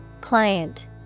Client